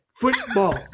football